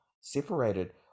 separated